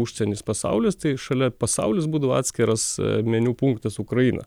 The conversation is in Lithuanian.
užsienis pasaulis tai šalia pasaulis būtų atskiras meniu punktas ukraina